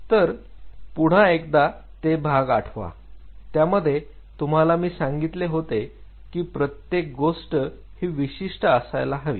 तर पुन्हा एकदा ते भाग आठवा त्यामध्ये तुम्हाला मी सांगितले होते की प्रत्येक गोष्ट ही विशिष्ट असायला हवी